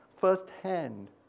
firsthand